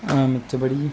மிச்சபடி